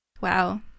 Wow